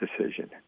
decision